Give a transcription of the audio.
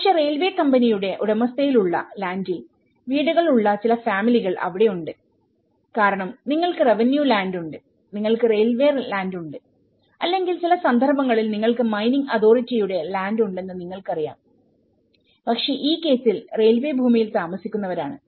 പക്ഷേ railway company യുടെ ഉടമസ്ഥയിൽ ഉള്ള ലാൻഡിൽ വീടുകൾ ഉള്ള ചില ഫാമിലികൾ അവിടെയുണ്ട് കാരണം നിങ്ങൾക്ക് റവന്യൂ ലാൻഡ് ഉണ്ട് നിങ്ങൾക്ക് റെയിൽവേ ലാൻഡ് ഉണ്ട് അല്ലെങ്കിൽ ചില സന്ദർഭങ്ങളിൽ നിങ്ങൾക്ക് മൈനിംഗ് അതോറിറ്റിയുടെ mining authoritys ലാൻഡ് ഉണ്ടെന്ന് നിങ്ങൾക്കറിയാംപക്ഷെ ഈ കേസിൽ റെയിൽവേ ഭൂമിയിൽ താമസിക്കുന്നവരാണ്